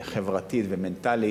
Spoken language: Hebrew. חברתית ומנטלית.